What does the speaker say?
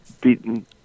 beaten